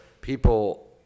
people